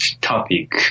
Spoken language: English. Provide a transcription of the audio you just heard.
topic